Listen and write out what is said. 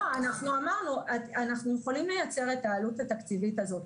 אנחנו יכולים לייצר את העלות התקציבית הזאת.